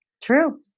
True